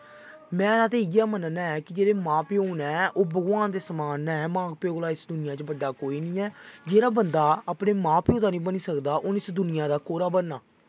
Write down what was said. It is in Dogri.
मैं ते इ'यै मनना ऐं कि जेह्ड़े मां प्यो न ओह् भगवान दे समान न मां प्यो कोला इस दुनिया च बड्डा कोई नेईं ऐ जेह्ड़ा बंदा अपने मां प्यो दा निं बनी सकदा उन इस दुनियां दा कोह्दा बनना